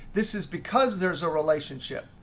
this is because there's a relationship.